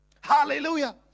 hallelujah